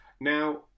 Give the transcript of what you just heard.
Now